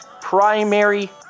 primary